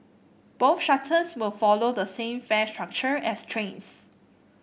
both shuttles will follow the same fare structure as trains